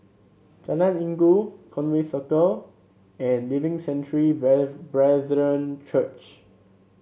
Jalan Inggu Conway and Living Sanctuary Brethren Church